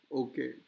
okay